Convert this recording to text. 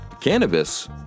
cannabis